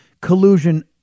collusion